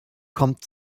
kommt